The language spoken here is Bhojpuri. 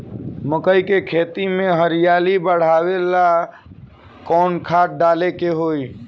मकई के खेती में हरियाली बढ़ावेला कवन खाद डाले के होई?